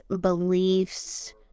beliefs